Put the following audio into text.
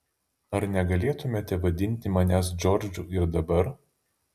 ar negalėtumėte vadinti manęs džordžu ir dabar